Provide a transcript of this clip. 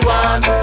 one